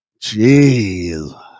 Jeez